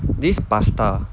this pasta